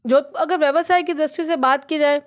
जो अगर व्यवसाय की दृष्टि से बात की जाए